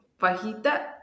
fajita